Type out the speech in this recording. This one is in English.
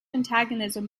antagonism